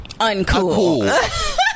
uncool